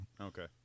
Okay